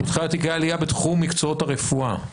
של פותחי תיקי עלייה בתחום מקצועות הרפואה.